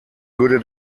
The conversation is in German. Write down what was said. würde